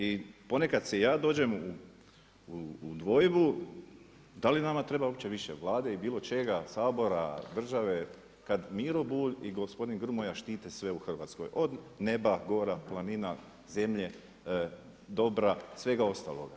I ponekad si i ja dođem u dvojbu da li nama treba uopće više Vlade i bilo čega, Sabora, države kad Miro Bulj i gospodin Grmoja štite sve u Hrvatskoj od neba, gora, planina, zemlje, dobra, svega ostaloga.